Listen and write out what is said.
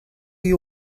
you